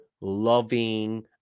loving